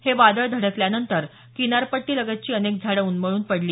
हे वादळ धडकल्यानंतर किनारपट्टीलगतची अनेक झाडं उन्मळून पडली